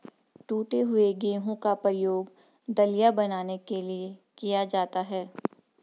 टूटे हुए गेहूं का प्रयोग दलिया बनाने के लिए किया जाता है